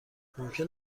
ممکن